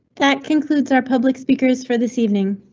that concludes our public speakers for this evening.